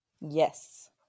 Yes